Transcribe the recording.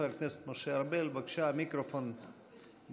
חבר הכנסת משה ארבל, בבקשה, המיקרופון באולם.